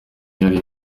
yari